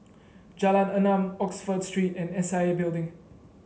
Jalan Enam Oxford Street and S I A Building